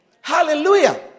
Hallelujah